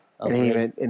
Okay